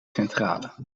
centrale